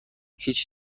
هیچ